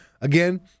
Again